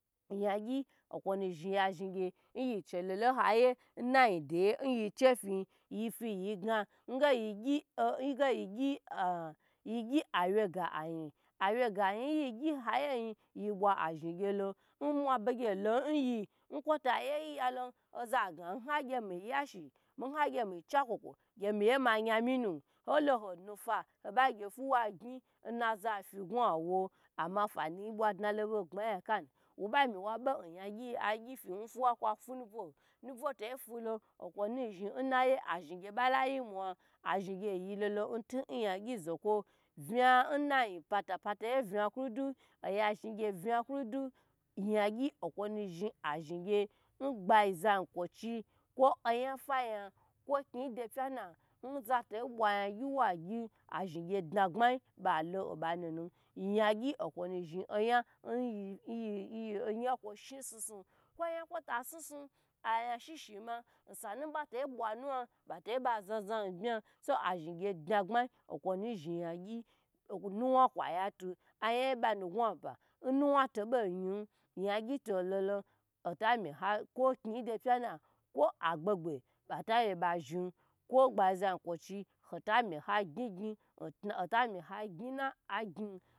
Yan gyi okwo nu zhn ya zhn gyu nyi chilo nha yiye nyin zoye yichifiyi yifi gna yi gyi awye ga ayi awye yinyi gyi hayi ye yin yi bwa azhn yela nmwabe gye lo nyi oza gna nhagye miyashi gye nhagye micha kwokwo gye miye mayan minu holo ho nufa hoba gye fiwa gni na za fi gwa wo ama fanuyi bwa filo gbma yi hakanu kwo ba mi wa be yagyi yi wo ba mi wabe yan gyiyi agyi fi fuwa ar kwa fu nubwo, nubwo to fulo okwo nuzh lon n nayi, azhngye kuyim azhn gye n yilolo ntu yagyi zoko una n nayi nnay nayin yi pata una kudu yangyi okw nu zhn azhin gye in zankwochi kwo ayan fa yan kwo kni do pya nu nza to bwa yangyi gu wo gym azhin gye dnagbmayi ba lo banuna yangyi okwo nu zhin oyan kwoshi su sun kwo oyan kwo to sun sun kw oyan bata sun sun osa betobo bwa nuwan bato ba zna zna bma, ozhn gye dnagbma okw nu zhni ya gyi nuwa kwa ya tu ayae banu ngwa ba, n nuwan bobo yin yagyi to lon, hatami kwo knido pya na kwo agbe gbe agye ba zhin kwo gbaiza yin kwochi hota miha gyi gyin, ota mi ha gyn